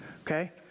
Okay